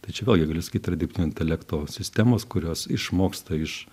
tai čia vėlgi gali sakyt yra dirbtinio intelekto sistemos kurios išmoksta iš